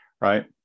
right